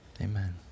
Amen